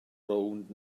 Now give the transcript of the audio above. rownd